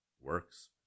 works